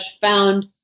found